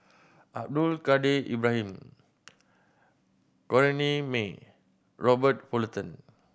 Abdul Kadir Ibrahim Corrinne May Robert Fullerton